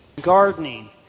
gardening